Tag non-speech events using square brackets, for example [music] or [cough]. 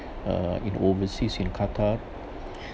uh in overseas in qatar [breath]